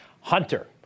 Hunter